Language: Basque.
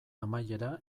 amaiera